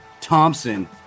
Thompson